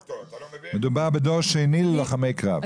מדובר בדור שני ללוחמי קרב.